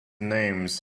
names